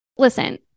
listen